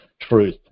truth